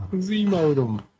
Z-Modem